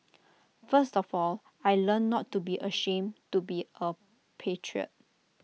first of all I learnt not to be ashamed to be A patriot